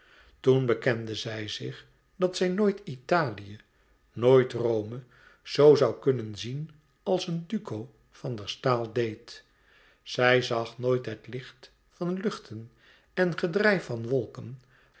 toen bekende zij zich dat zij nooit italië nooit rome zo zoû kunnen zien als duco van der staal deed zij zag nooit het licht van luchten en gedrijf van wolken